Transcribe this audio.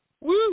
Woo